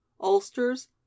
ulsters